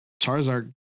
Charizard